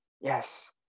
Yes